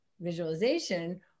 visualization